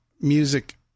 music